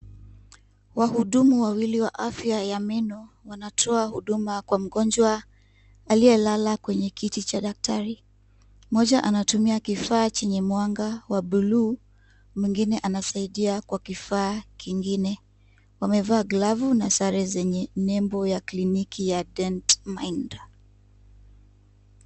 Wahudumu wawili wa afya ya meno, wanatoa huduma kwa mgonjwa aliyelala kwenye kiti cha daktari , mmoja anatumia kifaa chenye mwanga wa buluu mwingine anasaidia kwa kifaa kingine. Wamevaa glavu na sare zenye nembo ya kliniki ya dent mind .